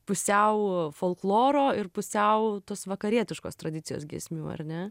pusiau folkloro ir pusiau tos vakarietiškos tradicijos giesmių ar ne